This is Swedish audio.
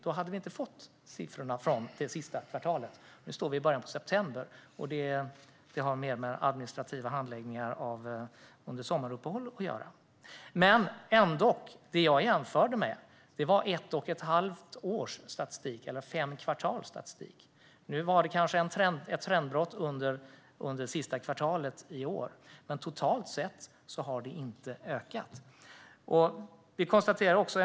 Då hade vi inte fått siffrorna för det senaste kvartalet, och nu är vi inne i början på september, vilket har med administrativa handläggningar under sommaruppehållet att göra. Dock var det som jag jämförde med ett och ett halvt års eller fem kvartals statistik. Nu var det kanske ett trendbrott under det senaste kvartalet i år, men totalt sett har exporten inte ökat.